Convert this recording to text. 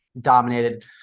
dominated